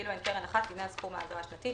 כאילו הן קרן אחת לעניין סכום האגרה השנתית.